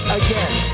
again